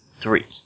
three